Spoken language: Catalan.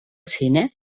cine